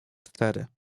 cztery